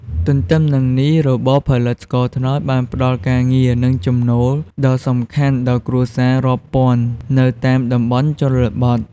ទទ្ទឹមនឹងនេះ របរផលិតស្ករត្នោតបានផ្ដល់ការងារ និងចំណូលដ៏សំខាន់ដល់គ្រួសាររាប់ពាន់នៅតាមតំបន់ជនបទ។